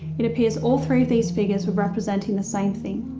it appears all three of these figures were representing the same thing.